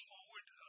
forward